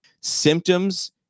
symptoms